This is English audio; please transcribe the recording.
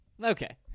Okay